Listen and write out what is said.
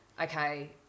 okay